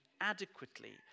adequately